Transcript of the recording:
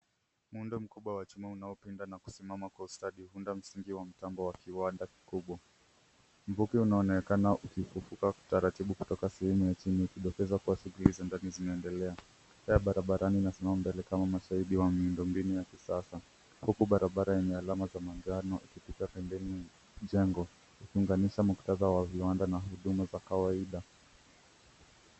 Muundo mkubwa wa chuma unaopinda na kusimama kwa ustadi huunda msingi wa mtambo wa kiwanda kikubwa. Mpokeo uaonekana ukivuka kwa utaratibu kutoka sehemu ya chini kwa siniizo za ndani zinazoendelea pia barabarani ina simama mbele kama mashaidi wa miundo mbinu ya kisasa huku barabara ya alama ya manjano ikipita pembeni jengo kufanganisha muktadha wa viwanda na huduma za kawaida.